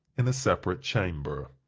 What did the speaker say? in a separate chamber.